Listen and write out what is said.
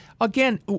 Again